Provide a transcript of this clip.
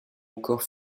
encore